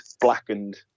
blackened